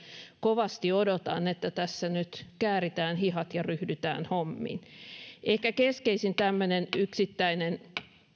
kovasti odotan että tässä nyt kääritään hihat ja ryhdytään hommiin ehkä keskeisin tämmöinen yksittäinen